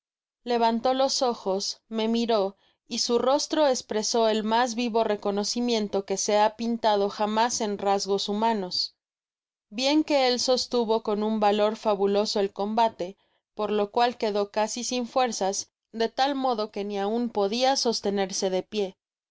levantó los ojos me miró y su rostro espresó el mas vivo reconocimiento que se ha pintado jamás en rasgos humanos bien que él sostuvo con un valor fabuloso el combate por lo cual quedó casi sin fuerzas de tal modo que ni aun podia sostenerse de pié